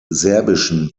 serbischen